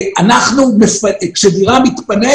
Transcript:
כשדירה מתפנית,